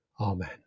Amen